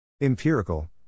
Empirical